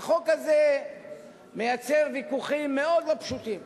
והחוק הזה מייצר ויכוחים מאוד לא פשוטים,